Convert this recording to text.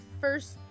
first